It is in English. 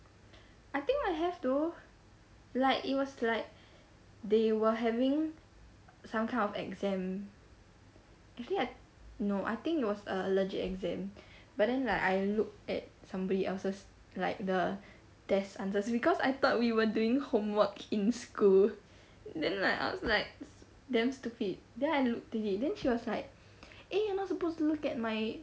I think I have though like it was like they were having some kind of exam actually I no I think it was a legit exam but then like I looked at somebody else's like the desk answers because I thought we were doing homework in school then like I was like damn stupid then I looked at it then she was like eh you're not supposed to look at my